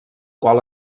qual